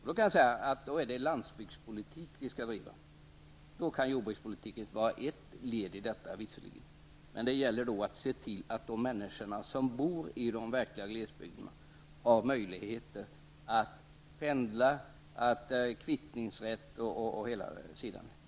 Då skall vi driva landsbygdspolitik, och visserligen kan jordbrukspolitiken utgöra en del av denna, men då måste man se till att de människor som bor i de verkliga glesbygdsområdena har möjligheter att pendla osv.